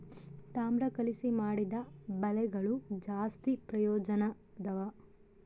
ತಾಮ್ರ ಕಲಿಸಿ ಮಾಡಿದ ಬಲೆಗಳು ಜಾಸ್ತಿ ಪ್ರಯೋಜನದವ